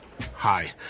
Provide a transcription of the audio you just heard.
Hi